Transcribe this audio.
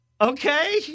okay